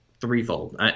threefold